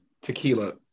Tequila